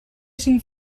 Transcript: cinc